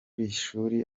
ishuri